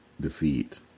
defeat